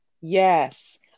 Yes